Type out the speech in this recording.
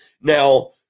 Now